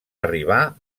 arribar